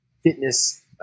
fitness